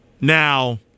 Now